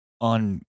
on